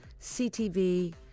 CTV